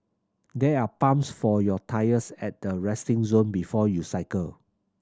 there are pumps for your tyres at the resting zone before you cycle